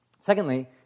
Secondly